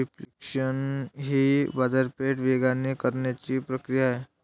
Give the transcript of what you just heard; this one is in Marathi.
रिफ्लेशन ही बाजारपेठ वेगवान करण्याची प्रक्रिया आहे